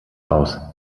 aus